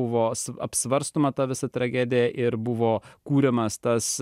buvo sva apsvarstoma ta visa tragedija ir buvo kuriamas tas